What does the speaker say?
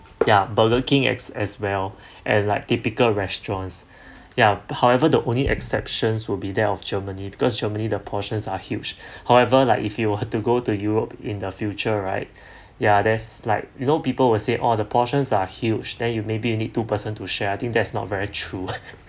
ya but looking as as well and like typical restaurants ya however the only exceptions will be there of germany because germany the portions are huge however like if you will to go to europe in the future right yeah there's like you know people will say oh the portions are huge then you maybe you need two person to share I think that's not very true